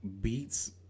beats